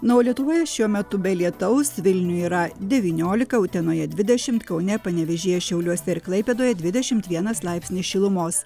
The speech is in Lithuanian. na o lietuvoje šiuo metu be lietaus vilniuj yra devyniolika utenoje dvidešim kaune panevėžyje šiauliuose ir klaipėdoje dvidešim vienas laipsnis šilumos